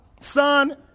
Son